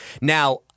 Now